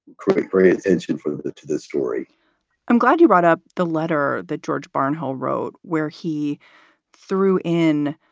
create great instant food to this story i'm glad you brought up the letter that george barnhill wrote where he threw in.